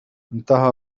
إنتهى